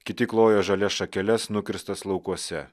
kiti klojo žalias šakeles nukirstas laukuose